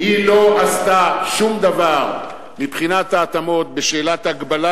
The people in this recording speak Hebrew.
היא לא עשתה שום דבר מבחינת ההתאמות בשאלת ההגבלה